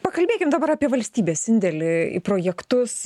pakalbėkim dabar apie valstybės indėlį į projektus